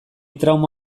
trauma